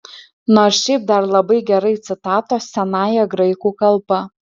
nors šiaip dar labai gerai citatos senąja graikų kalba